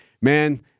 man